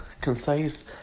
concise